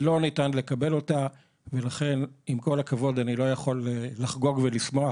לא ניתן לקבל אותה ולכן עם כל הכבוד אני לא יכול לחגוג ולשמוח.